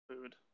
food